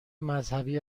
مذهبی